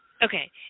Okay